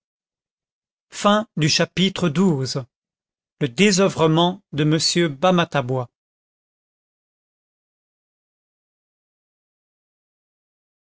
chapitre xii le désoeuvrement de m bamatabois